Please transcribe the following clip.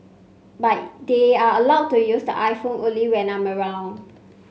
but they are allowed to use the iPhone only when I'm around